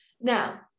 Now